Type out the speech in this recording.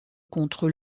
contre